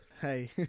Hey